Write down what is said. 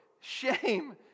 shame